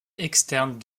externes